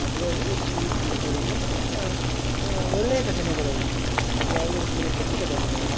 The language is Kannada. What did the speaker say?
ಹಬ್ಗಳಲ್ಲಿ ಸ್ವೀಟ್ ಮೆಮೊರಿ ಮಿನ್ಸ್ ಒಳ್ಳೆಯ ಘಟನೆಗಳವು ಹ್ಞೂ ಯಾವುದೇ ರೀತಿಯಾದ ಕೆಟ್ಟ ಘಟನೆಗಳಲ್ಲ